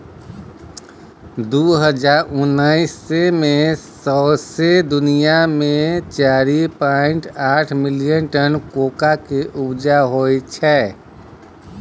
दु हजार उन्नैस मे सौंसे दुनियाँ मे चारि पाइंट आठ मिलियन टन कोकोआ केँ उपजा होइ छै